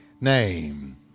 name